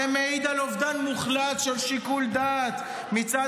זה מעיד על אובדן מוחלט של שיקול דעת מצד